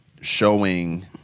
showing